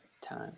time